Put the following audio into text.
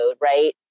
right